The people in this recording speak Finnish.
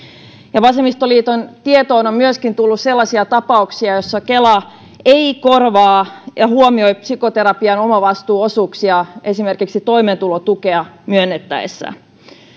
vasemmistoliiton tietoon on myöskin tullut sellaisia tapauksia joissa kela ei korvaa ja huomioi psykoterapian omavastuuosuuksia esimerkiksi toimeentulotukea myönnettäessä